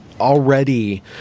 already